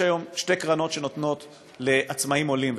יש היום שתי קרנות שנותנות לעצמאים עולים,